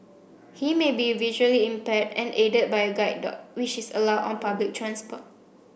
he may be visually impaired and aided by a guide dog which is allowed on public transport